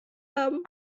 haben